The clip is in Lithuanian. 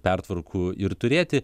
pertvarkų ir turėti